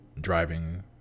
Driving